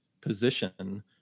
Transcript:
position